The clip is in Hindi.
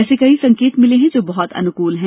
ऐसे कई संकेत मिले हैं जो बहुत अनुकूल हैं